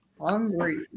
hungry